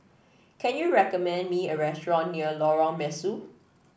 can you recommend me a restaurant near Lorong Mesu